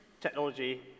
technology